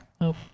nope